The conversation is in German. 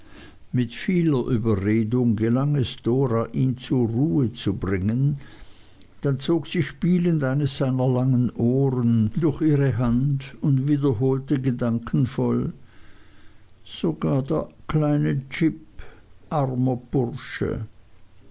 mit vieler überredung gelang es dora ihn zur ruhe zu bringen dann zog sie spielend eines seiner langen ohren durch ihre hand und wiederholte gedankenvoll sogar der kleine jip armer bursche